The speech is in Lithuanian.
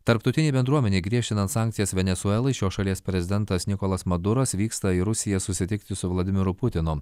tarptautinei bendruomenei griežtinant sankcijas venesuelai šios šalies prezidentas nikolas maduras vyksta į rusiją susitikti su vladimiru putinu